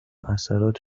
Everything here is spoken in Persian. اثرات